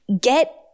get